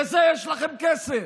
לזה יש לכם כסף.